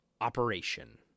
operation